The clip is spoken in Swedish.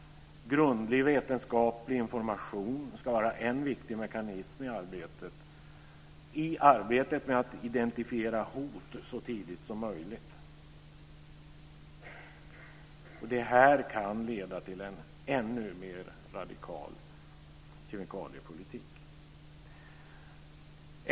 Grundlig vetenskaplig information ska vara en viktig mekanism i arbetet med att identifiera hot så tidigt som möjligt. Det kan leda till en ännu mer radikal kemikaliepolitik.